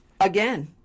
again